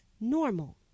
normal